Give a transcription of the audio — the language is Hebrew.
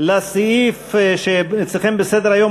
לסעיף שמופיע אצלכם בסדר-היום,